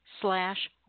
slash